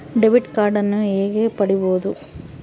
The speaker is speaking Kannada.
ಡೆಬಿಟ್ ಕಾರ್ಡನ್ನು ಹೇಗೆ ಪಡಿಬೋದು?